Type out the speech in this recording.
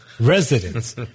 Residents